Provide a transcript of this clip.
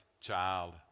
child